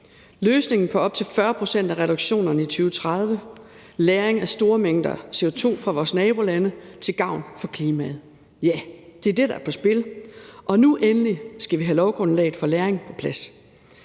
løsningen på op til 40 pct. af reduktionerne i 2030; lagring af store mængder CO2 fra vores nabolande til gavn for klimaet. Nu – endelig – skal vi have lovgrundlaget for lagring på plads.